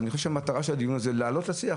ואני חושב שהמטרה של הדיון הזה היא להעלות לשיח.